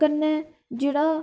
कन्नै जेह्ड़ा